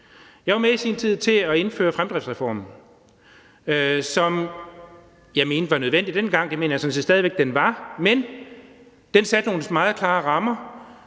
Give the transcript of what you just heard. Jeg var i sin tid med til at indføre fremdriftsreformen, som jeg mente var nødvendig dengang, og det mener jeg sådan set